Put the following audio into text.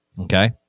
Okay